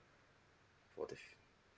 for the